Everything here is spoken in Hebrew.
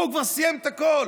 פה הוא כבר סיים את הכול.